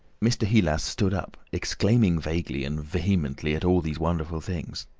mr. heelas stood up, exclaiming vaguely and vehemently at all these wonderful things.